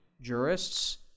jurists